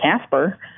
Casper